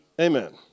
Amen